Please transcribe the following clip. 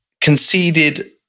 conceded